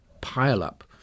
pile-up